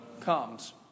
comes